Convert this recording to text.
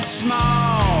small